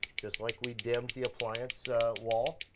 just like we dimmed the appliance wall.